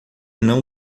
não